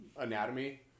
anatomy